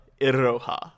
Iroha